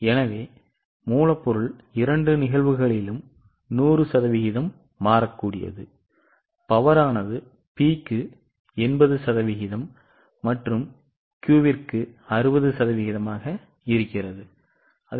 எனவே மூலப்பொருள் இரண்டு நிகழ்வுகளிலும் 100 சதவிகிதம் மாறக்கூடியது சக்தி ஆனது P க்கு 80 சதவிகிதம் மற்றும் Q க்கு 60 சதவிகிதமாக உள்ளது